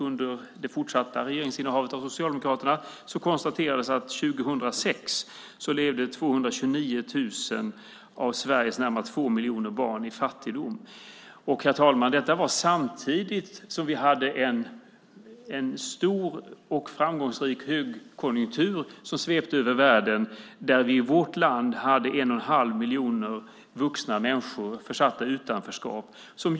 Under det fortsatta socialdemokratiska regeringsinnehavet konstaterades att 2006 levde 229 000 av Sveriges närmare två miljoner barn i fattigdom. Herr talman! Detta var samtidigt som vi hade en stor och framgångsrik högkonjunktur som svepte över världen. I vårt land hade vi en och en halv miljon vuxna människor som var försatta i utanförskap.